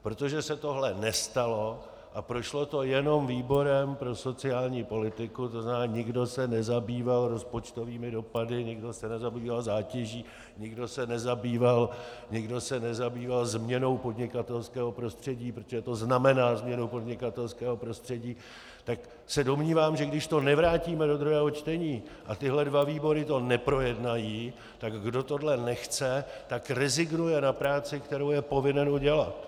Protože se tohle nestalo a prošlo to jenom výborem pro sociální politiku, to znamená, nikdo se nezabýval rozpočtovými dopady, nikdo se nezabýval zátěží, nikdo se nezabýval změnou podnikatelského prostředí, protože to znamená změnu podnikatelského prostředí, tak se domnívám, že když to nevrátíme do druhého čtení a tyhle dva výbory to neprojednají, tak kdo tohle nechce, tak rezignuje na práci, kterou je povinen udělat.